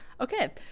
Okay